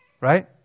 Right